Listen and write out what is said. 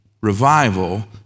revival